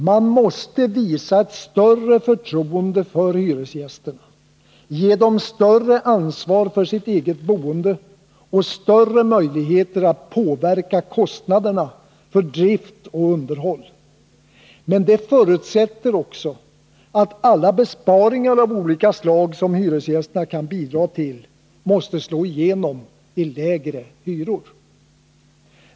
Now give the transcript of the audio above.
Man måste visa större förtroende för hyresgästerna, ge dem större ansvar för sitt eget boende och större möjligheter att påverka kostnaderna för drift och underhåll. Detta förutsätter emellertid att alla besparingar av olika slag som hyresgästerna kan bidra till måste slå igenom i lägre hyror.